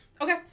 Okay